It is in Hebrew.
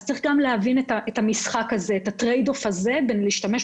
אז צריך להבין גם את הטרייד אוף הזה בין שימוש